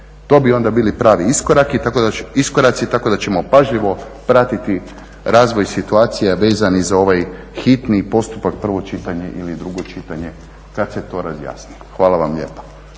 To bi onda bili pravi iskoraci, tako da ćemo pažljivo pratiti razvoj situacija vezanih za ovaj hitni postupak, prvo čitanje ili drugo čitanje kad se to razjasni. Hvala vam lijepa.